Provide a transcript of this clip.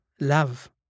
love